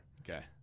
Okay